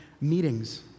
meetings